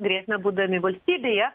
grėsmę būdami valstybėje